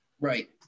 right